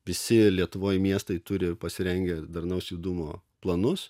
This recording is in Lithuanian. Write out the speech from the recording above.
visi lietuvoj miestai turi pasirengę darnaus judumo planus